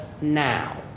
now